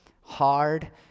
hard